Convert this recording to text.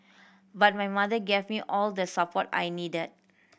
but my mother gave me all the support I needed